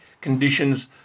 conditions